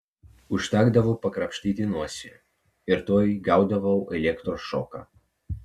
užtekdavo pakrapštyti nosį ir tuoj gaudavau elektros šoką